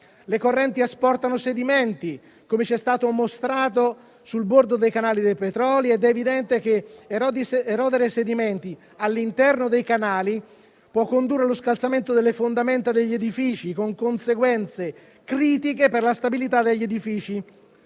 le quali asportano sedimenti, come ci è stato mostrato, sul bordo del canale dei Petroli. È evidente che erodere sedimenti all'interno dei canali può condurre allo scalzamento delle fondamenta degli edifici, con conseguenze critiche per la stabilità di questi